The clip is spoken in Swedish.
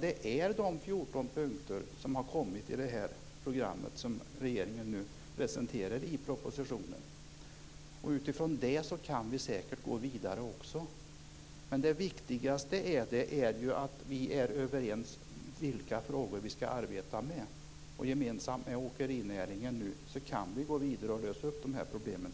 Det är de 14 punkter som finns i programmet som regeringen presenterar i propositionen. Utifrån det kan vi säkert gå vidare. Det viktigaste är att vi är överens om vilka frågor vi ska arbeta med. Vi kan, gemensamt med åkerinäringen, gå vidare och lösa problemen.